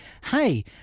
hey